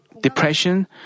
depression